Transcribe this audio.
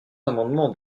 amendement